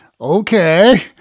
okay